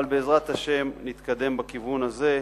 אבל בעזרת השם נתקדם בכיוון הזה,